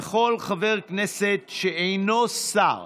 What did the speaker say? וכל חבר כנסת שאינו שר